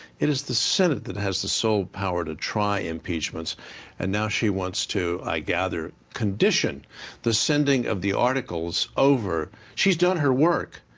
it is the senate that has the sole power to try impeachments and now she wants to, i gather, condition the sending of the articles over. she's done her work.